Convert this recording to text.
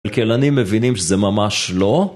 כלכלנים מבינים שזה ממש לא